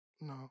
No